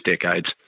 decades